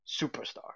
superstar